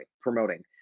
promoting